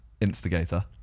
Instigator